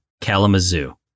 Kalamazoo